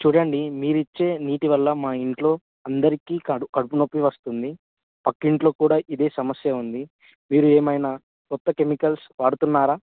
చూడండి మీరు ఇచ్చే నీటి వల్ల మా ఇంట్లో అందరికి కడు కడుపు నొప్పి వస్తుంది పక్కింట్లో కూడా ఇదే సమస్య ఉంది మీరు ఏమైనా కొత్త కెమికల్స్ వాడుతున్నారా